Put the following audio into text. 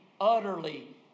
utterly